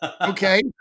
Okay